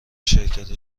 شرکت